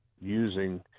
using